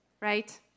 right